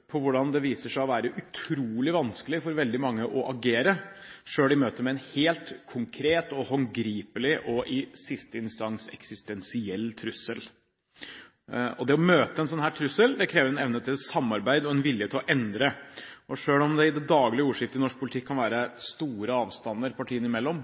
nettopp at det viser en nasjonalforsamling som tar inn over seg den trusselen som menneskeskapte klimaendringer faktisk representerer. Klimatrusselen er et skremmende eksempel på hvor utrolig vanskelig det er for veldig mange å agere selv i møte med en helt konkret og håndgripelig og i siste instans eksistensiell trussel. Det å møte en slik trussel krever en evne til samarbeid og en vilje til å endre. Selv om det i det daglige ordskiftet i norsk politikk kan være store avstander i klimapolitikken partiene imellom,